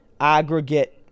aggregate